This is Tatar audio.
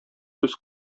сүз